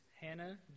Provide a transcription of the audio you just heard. Hannah